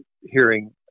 hearing